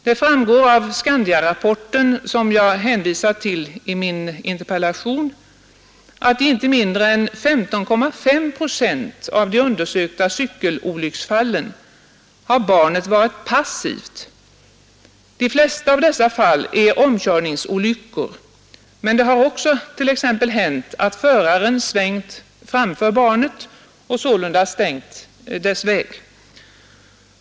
Det framgår av Skandiarapporten som jag hänvisat till i min interpellation att i inte mindre än 15,5 procent av de undersökta cykelolycksfallen har barnet varit ”passivt”. De flesta av dessa fall är omkörningsolyckor, men det har också t.ex. hänt att föraren svängt framför barnet och sålunda stängt dess väg.